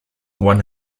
one